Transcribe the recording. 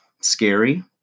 scary